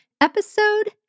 episode